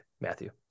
Matthew